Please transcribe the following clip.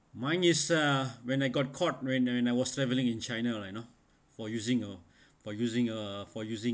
mine is uh when I got caught when I was travelling in china lah you know for using uh for using uh for using